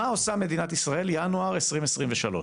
מה עושה מדינת ישראל ינואר 2023?